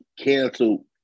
canceled